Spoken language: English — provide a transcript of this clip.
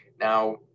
Now